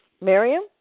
Miriam